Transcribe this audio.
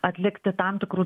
atlikti tam tikrų